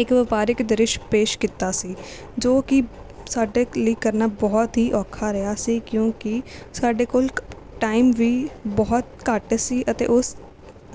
ਇੱਕ ਵਪਾਰਕ ਦ੍ਰਿਸ਼ ਪੇਸ਼ ਕੀਤਾ ਸੀ ਜੋ ਕਿ ਸਾਡੇ ਲਈ ਕਰਨਾ ਬਹੁਤ ਹੀ ਔਖਾ ਰਿਹਾ ਸੀ ਕਿਉਂਕਿ ਸਾਡੇ ਕੋਲ਼ ਟਾਈਮ ਵੀ ਬਹੁਤ ਘੱਟ ਸੀ ਅਤੇ ਉਸ